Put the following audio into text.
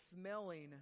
smelling